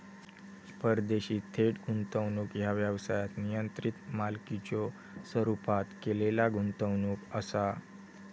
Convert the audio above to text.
परदेशी थेट गुंतवणूक ह्या व्यवसायात नियंत्रित मालकीच्यो स्वरूपात केलेला गुंतवणूक असा